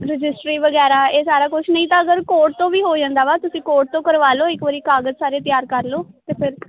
registry ਵਗੈਰਾ ਇਹ ਸਾਰਾ ਕੁਝ ਨਹੀਂ ਤਾਂ ਅਗਰ ਕੋਰਟ ਤੋਂ ਵੀ ਹੋ ਜਾਂਦਾ ਵਾ ਤੁਸੀਂ ਕੋਰਟ ਤੋਂ ਕਰਵਾ ਲਓ ਇੱਕ ਵਾਰ ਕਾਗਜ਼ ਸਾਰੇ ਤਿਆਰ ਕਰ ਲਓ ਅਤੇ ਫਿਰ